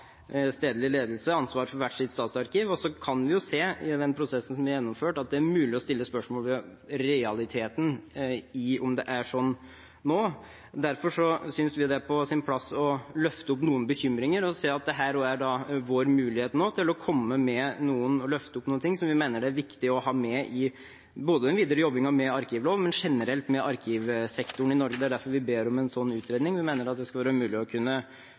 stedlig ledelse, ha ansvar for hvert sitt statsarkiv. Så kan vi jo se i den prosessen som er gjennomført, at det er mulig å stille spørsmål ved realiteten i om det er sånn nå. Derfor synes vi det er på sin plass å løfte opp noen bekymringer. Dette er vår mulighet nå til å komme med og løfte opp noe som vi mener er viktig å ha med, både i den videre jobbingen med arkivlov og med arkivsektoren generelt i Norge. Det er derfor vi ber om en slik utredning. Vi mener at det skal være mulig å kunne